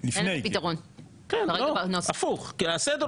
לקדם את החוק לקריאה ראשונה לפני הסקירה